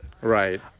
Right